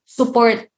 support